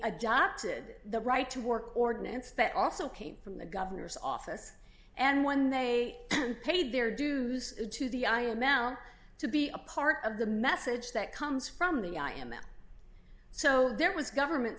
adopted the right to work ordinance that also came from the governor's office and when they paid their dues to the i m l to be a part of the message that comes from the i am so there was government